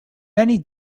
many